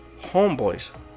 homeboys